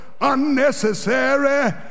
unnecessary